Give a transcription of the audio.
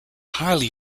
highly